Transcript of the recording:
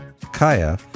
Kaya